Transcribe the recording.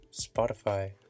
Spotify